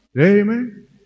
Amen